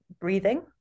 breathing